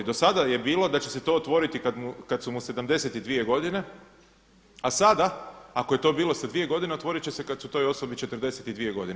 Do sada je bilo da će se to otvoriti kada su mu 72 godine, a sada ako je to bilo 72 godine, otvorit će se kada su toj osobi 42 godine.